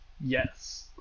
yes